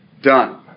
done